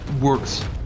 works